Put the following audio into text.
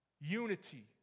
unity